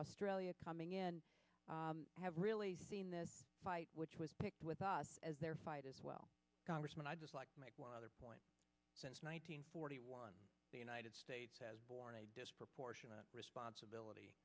australia coming in have really seen this fight which was picked with us as their fight as well congressman i'd just like to make one other point since nine hundred forty one the united states has borne a disproportionate responsibility